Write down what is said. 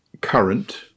current